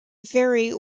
very